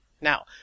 Now